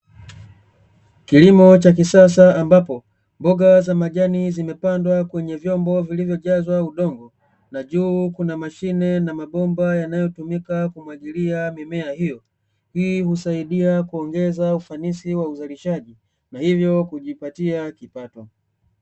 Kilimo cha kisasa ambapo mboga za majani zimepandwa kwenye vyombo vilivyojazwa udongo, na juu kuna mashine na mabomba yanayotumika kumwagilia mimea hiyo, hii husaidia kuongeza ufanisi wa uzalishaji na hivyo kujipatia kipato.